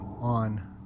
on